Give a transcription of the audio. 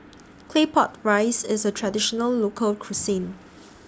Claypot Rice IS A Traditional Local Cuisine